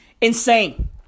insane